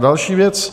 Další věc.